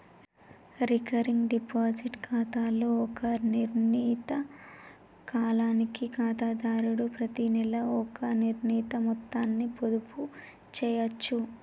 recurring deposit ఖాతాలో ఒక నిర్ణీత కాలానికి ఖాతాదారుడు ప్రతినెలా ఒక నిర్ణీత మొత్తాన్ని పొదుపు చేయచ్చు